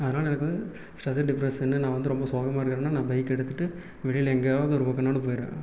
அதனால் எனக்கு வந்து ஸ்ட்ரெஸ்ஸு டிப்ரெஷனு நான் வந்து ரொம்ப சோகமாக இருக்கிறேனா நான் பைக் எடுத்துட்டு வெளியில் எங்கேயாவது ஒரு பக்கம்னாலும் போய்ருவேன்